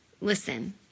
Listen